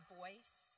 voice